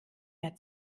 mehr